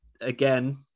again